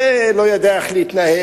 זה לא יודע איך להתנהל,